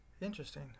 Interesting